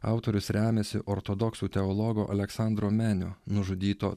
autorius remiasi ortodoksų teologo aleksandro menio nužudyto